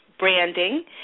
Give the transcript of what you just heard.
Branding